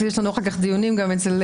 יש לנו אחר כך דיונים גם אצלך,